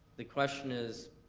the question is,